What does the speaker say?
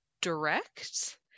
direct